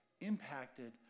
impacted